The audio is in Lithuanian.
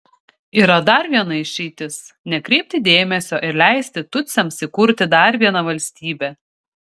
yra dar viena išeitis nekreipti dėmesio ir leisti tutsiams įkurti dar vieną valstybę